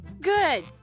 Good